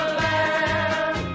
land